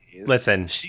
Listen